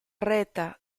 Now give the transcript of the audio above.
retta